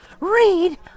read